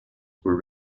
were